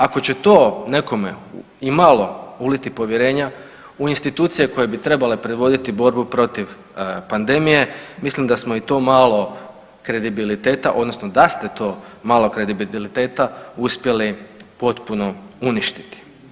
Ako će to nekome imalo uliti povjerenja u institucije koje bi trebale predvoditi borbu protiv pandemije, mislim da smo i to malo kredibiliteta odnosno da ste to malo kredibiliteta uspjeli potpuno uništiti.